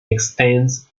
extends